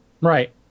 Right